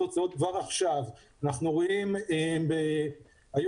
אנחנו רואים את התוצאות כבר עכשיו,